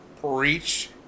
Preach